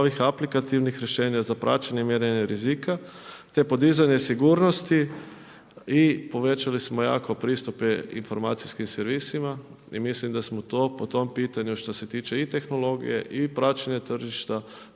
aplikativnih rješenja za praćenje mjerenja rizika te podizanje sigurnosti i povećali smo jako pristupe informacijskim servisima. I mislim da smo po tom pitanju što se tiče i tehnologije i praćenja tržišta